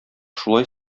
шулай